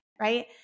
right